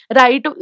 right